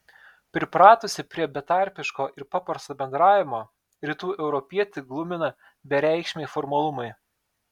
pripratusį prie betarpiško ir paprasto bendravimo rytų europietį glumina bereikšmiai formalumai